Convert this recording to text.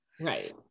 Right